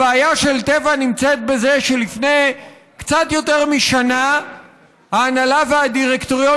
הבעיה של טבע נמצאת בזה שלפני קצת יותר משנה ההנהלה והדירקטוריון